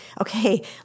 okay